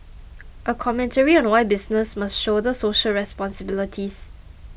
a commentary on why businesses must shoulder social responsibilities